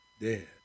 Dead